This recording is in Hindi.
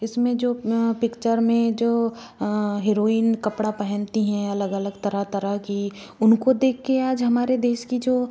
इसमें जो पिक्चर में जो हीरोइन हीरोइन कपड़ा पहनती हैं अलग अलग तरह तरह की उनको देख के आज हमारे देश की जो